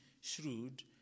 shrewd